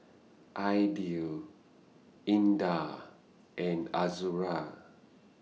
Aidil Indah and Azura